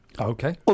okay